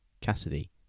Cassidy